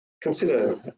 consider